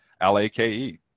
L-A-K-E